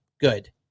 good